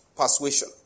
persuasion